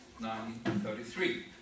1933